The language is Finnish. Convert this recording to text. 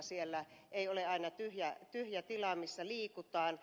siellä ei ole aina tyhjää tilaa missä liikutaan